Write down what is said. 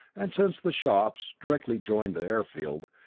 and since the shops directly joined the airfield,